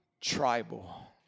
tribal